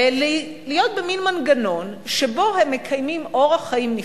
להיות במין מנגנון שבו הם מקיימים אורח חיים נפרד,